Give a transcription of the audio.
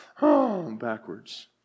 backwards